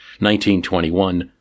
1921